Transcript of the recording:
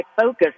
focus